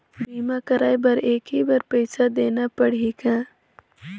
बीमा कराय बर एक ही बार पईसा देना पड़ही का?